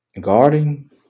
guarding